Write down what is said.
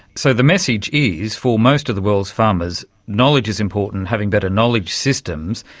so the message is for most of the world's farmers knowledge is important, having better knowledge systems,